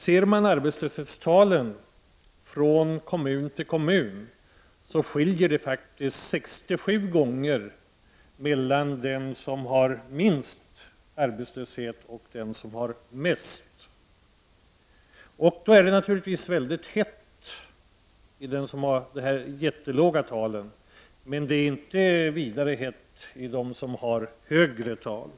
Ser man på arbetslöshetstalen från kommun till kommun skiljer det faktiskt 6-7 gånger mellan den som har minst arbetslöshet och den som har mest. Naturligtvis är det mycket hett i de kommuner som har de jättelåga talen, men det är inte vidare hett i de som har högre tal.